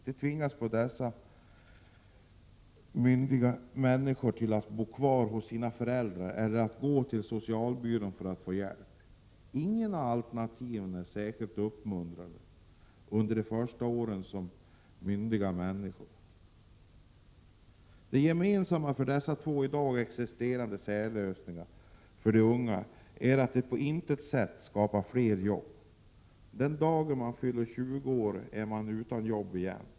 Det tvingar dessa myndiga människor att bo kvar hos sina föräldrar eller att uppsöka socialbyrån för att få hjälp. Inget av alternativen är särskilt uppmuntrande under de första åren som myndig människa. Det gemensamma för dessa två i dag existerande särlösningar för de unga är att de på intet sätt skapar fler fasta jobb. Den dag man fyller 20 år är man utan jobb igen.